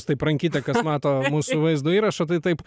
taip rankytė kas mato mūsų vaizdo įrašą tai taip